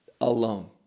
alone